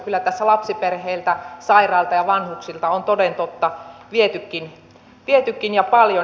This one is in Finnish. kyllä tässä lapsiperheiltä sairailta ja vanhuksilta on toden totta vietykin ja paljon